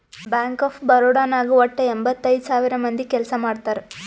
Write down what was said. bank of Baroda ನಾಗ್ ವಟ್ಟ ಎಂಭತ್ತೈದ್ ಸಾವಿರ ಮಂದಿ ಕೆಲ್ಸಾ ಮಾಡ್ತಾರ್